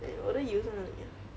eh 我的油在哪里 ah